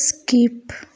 skip